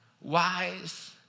wise